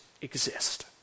exist